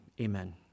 Amen